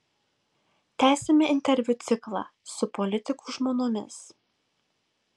tęsiame interviu ciklą su politikų žmonomis